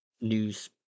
news